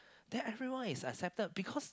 then everyone is accepted because